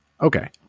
Okay